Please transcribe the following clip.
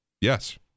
Yes